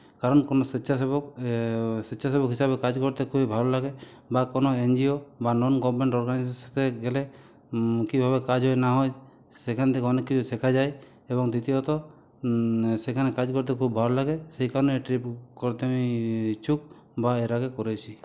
কারণ কোনও স্বেচ্ছাসেবক স্বেচ্ছাসেবক হিসাবে কাজ করতে খুবই ভালো লাগে বা কোনও এনজিও বা নন গভর্নমেন্ট অরগানাইজেশনের সাথে গেলে কিভাবে কাজ হয় না হয় সেখান থেকে অনেক কিছু শেখা যায় এবং দ্বিতীয়ত সেখানে কাজে করতে খুব ভালো লাগে সে কারণে এই ট্রিপ করতে ইচ্ছুক বা এর আগে করেছি